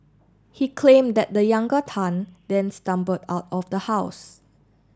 he claimed that the younger Tan then stumbled out of the house